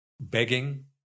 begging